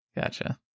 Gotcha